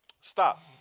Stop